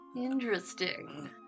Interesting